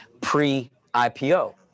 pre-IPO